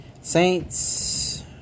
Saints